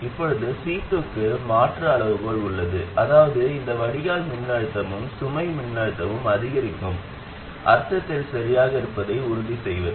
இப்போது C2 க்கு ஒரு மாற்று அளவுகோல் உள்ளது அதாவது இந்த வடிகால் மின்னழுத்தமும் சுமை மின்னழுத்தமும் அதிகரிக்கும் அர்த்தத்தில் சரியாக இருப்பதை உறுதிசெய்வது